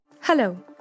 Hello